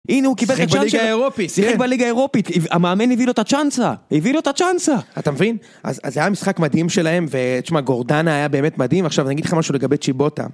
הנה הוא קיבל את הצ'אנס שלו. שיחק בליגה אירופית. שיחק בליגה אירופית. המאמן הביא לו את הצ'אנסה. הביא לו את הצ'אנסה. אתה מבין? אז זה היה משחק מדהים שלהם. ותשמע גורדנה היה באמת מדהים. עכשיו אני אגיד לך משהו לגבי צ'יבוטה.